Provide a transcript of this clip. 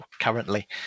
currently